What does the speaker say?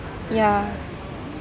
ya